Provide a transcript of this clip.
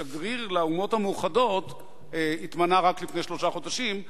שגריר לאומות-המאוחדות התמנה רק לפני שלושה חודשים,